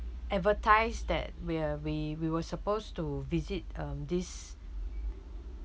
advertise that we were we we were supposed to visit um this